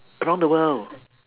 around the world